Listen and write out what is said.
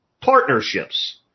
partnerships